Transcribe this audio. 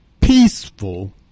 peaceful